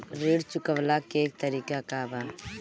ऋण चुकव्ला के तरीका का बा?